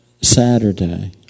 Saturday